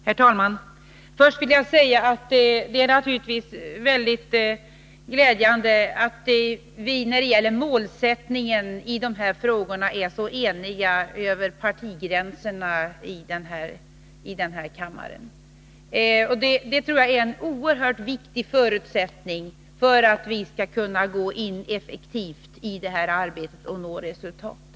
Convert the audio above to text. Herr talman! Först vill jag säga att det naturligtvis är väldigt glädjande att vi i denna kammare, när det gäller målsättningen i dessa frågor, är så eniga över partigränserna. Jag tror att det är en oerhört viktig förutsättning för att vi skall kunna gå in effektivt i detta arbete och nå resultat.